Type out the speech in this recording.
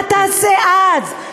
מה תעשה אז?